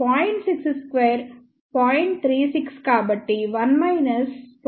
36 కాబట్టి 1 0